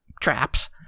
traps